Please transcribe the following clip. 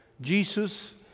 Jesus